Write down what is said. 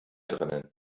drinnen